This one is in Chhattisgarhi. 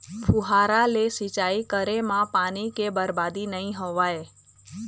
फुहारा ले सिंचई करे म पानी के बरबादी नइ होवय